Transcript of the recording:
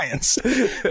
science